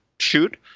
shoot